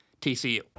TCU